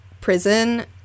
prison